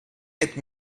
quatre